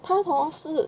他 hor 是